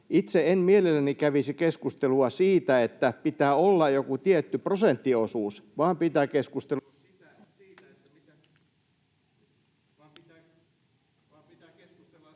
Itse en mielelläni kävisi keskustelua siitä, että pitää olla joku tietty prosenttiosuus, vaan pitää keskustella